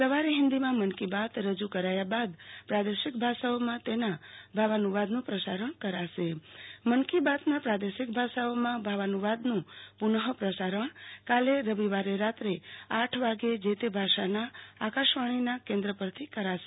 સવારે હિન્દીમાં મન કી બાત રજૂ કરાયા બાદ પ્રાદેશિક ભાષાઓમાં તેના ભાવાનુ વાદનું પ્રસારણ કરાશે મન કી બાતના પ્રાદેશિક ભાષાઓમાં ભાવાનુ વાદનું પુ નઃ પ્રસારણ કાલે રવિવારે રાત્રે આઠ વાગે જે તે ભાષાના આકાશવાણીના કેન્દ્રો પરથી કરાશે